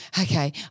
okay